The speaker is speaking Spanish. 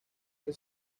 que